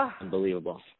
unbelievable